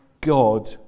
God